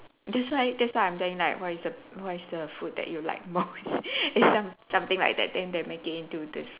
that's why that's why I'm telling like what is what is the food that you like the most is some something like that then they make it into this